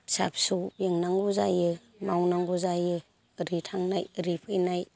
फिसा फिसौ बेंनांगौ जायो मावनांगौ जायो ओरै थांनाय ओरै फैनाय